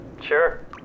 Sure